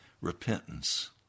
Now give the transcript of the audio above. repentance